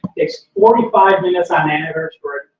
takes forty five minutes on average for a.